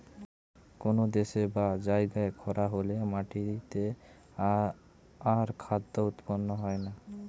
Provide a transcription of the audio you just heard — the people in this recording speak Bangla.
কোন দেশে বা জায়গায় খরা হলে মাটিতে আর খাদ্য উৎপন্ন হয় না